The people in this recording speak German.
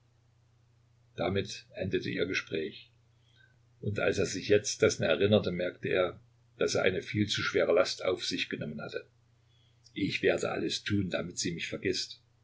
damit endete ihr gespräch und als er sich jetzt dessen erinnerte merkte er daß er eine viel zu schwere last auf sich genommen hatte ich werde alles tun damit sie mich vergißt